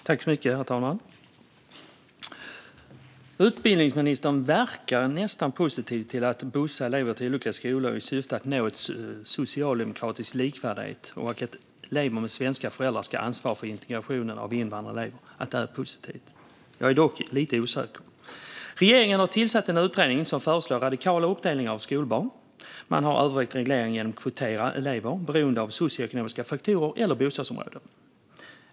Herr talman! Utbildningsministern verkar nästan positiv till att bussa elever till olika skolor i syfte att nå en socialdemokratisk likvärdighet och tycka att det är positivt att elever med svenska föräldrar ska ansvara för integrationen av invandrade elever. Jag är dock lite osäker. Regeringen har tillsatt en utredning som föreslår radikala uppdelningar av skolbarn. Man har övervägt reglering genom att kvotera elever beroende av socioekonomiska faktorer eller bostadsområde.